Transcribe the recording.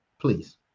Please